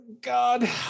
God